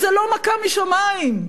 זו לא מכה משמים,